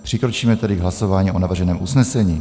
Přikročíme tedy k hlasování o navrženém usnesení.